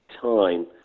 time